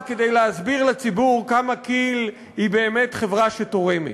להסביר לציבור כמה כי"ל היא באמת חברה שתורמת.